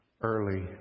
early